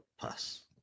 pass